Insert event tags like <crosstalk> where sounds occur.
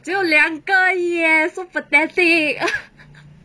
只有两个而已 eh so pathetic <laughs>